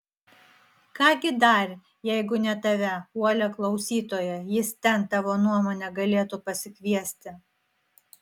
ką gi dar jeigu ne tave uolią klausytoją jis ten tavo nuomone galėtų pasikviesti